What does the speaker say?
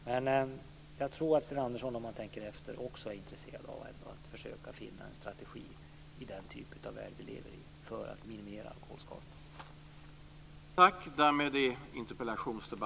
Men jag tror att Sten Andersson, om han tänker efter, också är intresserad av att försöka finna en strategi för att minimera alkoholskadorna i den värld vi lever i.